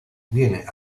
viene